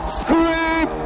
scream